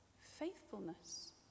faithfulness